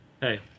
hey